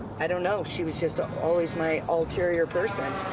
i don't know, she was just ah always my ulterior person.